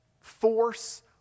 force